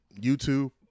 YouTube